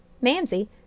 Mamsie